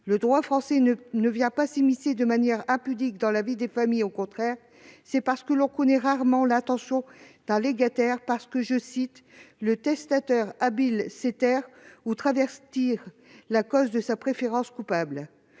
Le droit français ne vient pas s'immiscer de manière impudique dans la vie des familles. Au contraire, c'est parce que l'on connaît rarement l'intention d'un légataire, parce que « le testateur habile sait taire ou travestir la cause de sa préférence coupable »